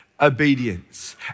obedience